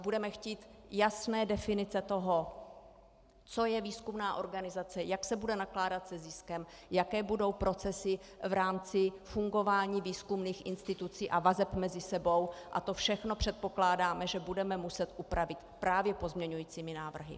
Budeme chtít jasné definice toho, co je výzkumná organizace, jak se bude nakládat se ziskem, jaké budou procesy v rámci fungování výzkumných institucí a vazeb mezi sebou, a to všechno předpokládáme, že budeme muset upravit právě pozměňujícími návrhy.